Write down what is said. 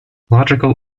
logical